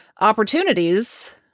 opportunities